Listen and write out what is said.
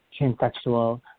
Transsexual